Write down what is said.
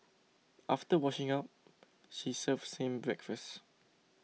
after washing up she serves him breakfast